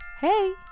Hey